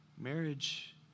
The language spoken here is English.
Marriage